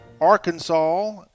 Arkansas